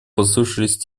послышались